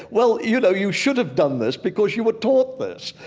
well, you know, you should have done this because you were taught this.